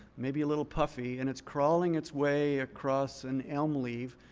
maybe a little puffy. and it's crawling its way across an elm leaf,